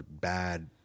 bad